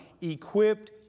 equipped